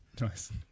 nice